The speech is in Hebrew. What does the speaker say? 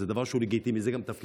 זה נאום של חמש דקות.